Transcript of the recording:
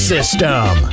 System